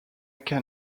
can